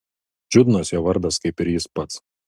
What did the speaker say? čiudnas jo vardas kaip ir jis pats